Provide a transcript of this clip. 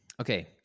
Okay